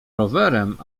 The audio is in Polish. rowerem